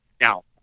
Now